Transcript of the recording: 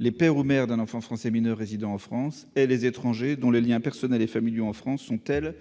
les père ou mère d'un enfant français mineur résidant en France et les étrangers dont les liens personnels et familiaux en France sont tels